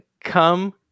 come